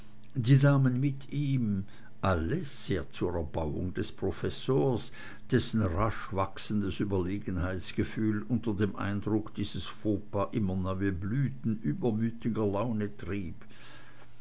die damen mit ihm alles sehr zur erbauung des professors dessen rasch wachsen des überlegenheitsgefühl unter dem eindruck dieses fauxpas immer neue blüten übermütiger laune trieb